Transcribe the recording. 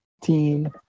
team